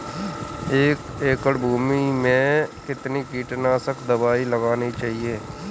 एक एकड़ भूमि में कितनी कीटनाशक दबाई लगानी चाहिए?